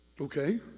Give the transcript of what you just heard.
Okay